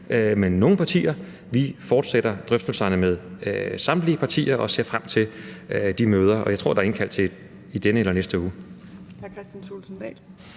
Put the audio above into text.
med nogen partier. Vi fortsætter drøftelserne med samtlige partier og ser frem til de møder. Og jeg tror, der er indkaldt til et i denne eller næste uge.